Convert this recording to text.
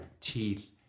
teeth